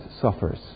suffers